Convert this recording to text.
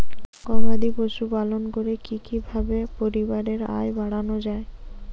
গবাদি পশু পালন করে কি কিভাবে পরিবারের আয় বাড়ানো যায়?